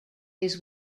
his